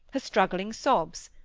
her struggling sobs?